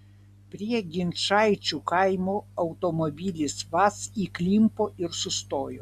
prie ginčaičių kaimo automobilis vaz įklimpo ir sustojo